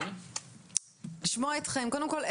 קודם כול,